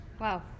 Wow